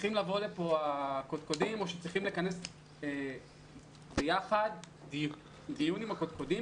צריכים לבוא לפה הקודקודים או שצריכים לכנס ביחד דיון עם הקודקודים,